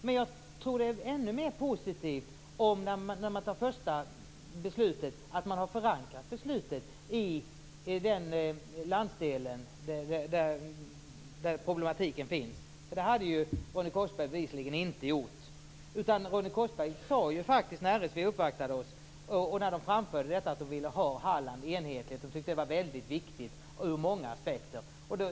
Men jag tror att det är ännu mer positivt om man har förankrat sitt första beslut i den landsdel där problematiken finns. Det hade Ronny Korsberg bevisligen inte gjort. När RSV uppvaktade oss framförde man att man ville ha Halland enhetligt. Det tyckte man var väldigt viktigt ur många aspekter.